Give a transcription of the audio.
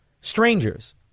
strangers